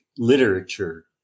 literature